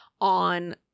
on